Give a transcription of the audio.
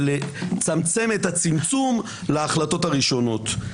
לצמצם את הצמצום להחלטות הראשונות.